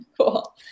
Cool